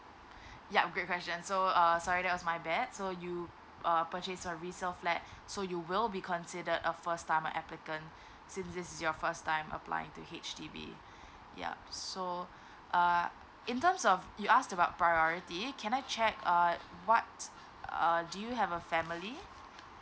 yup a great question so err sorry that's my bad so you err purchase a resale flat so you will be considered a first time applicant since this is your first time applying to H_D_B yup so uh in terms of you asked about priorities can I check err what err do you have a family